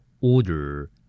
Order